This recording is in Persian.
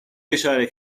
اشاره